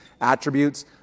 attributes